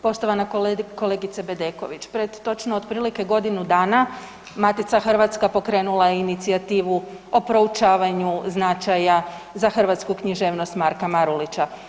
Poštovana kolegice Bedeković, pred točno otprilike godine dana Matica hrvatska pokrenula je inicijativu o proučavanju značaja za hrvatsku književnost Marka Marulića.